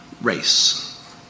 race